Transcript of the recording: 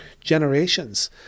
generations